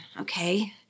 okay